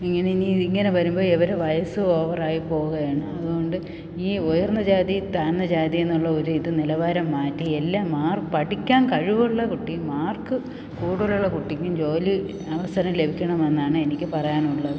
ഇങ്ങനെ ഇനിയും ഇങ്ങനെ വരുമ്പോൾ ഇവരെ വയസ്സ് ഓവറായി പോകുകയാണ് അതുകൊണ്ട് ഈ ഉയർന്ന ജാതി താഴ്ന്ന ജാതി എന്നുള്ള ഒരു ഇത് നിലവാരം മാറ്റി എല്ലാം മാറി പഠിക്കാൻ കഴിവുള്ള കുട്ടി മാർക്ക് കൂടുതലുള്ള കുട്ടിക്കും ജോലി അവസരം ലഭിക്കണം എന്നാണ് എനിക്ക് പറയാനുള്ളത്